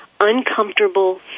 uncomfortable